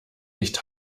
nicht